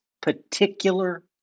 particular